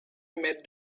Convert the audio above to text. met